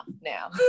now